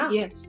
Yes